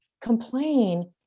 complain